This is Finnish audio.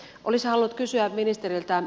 olisin halunnut kysyä ministeriltä